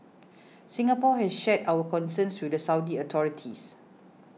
Singapore has shared our concerns with the Saudi authorities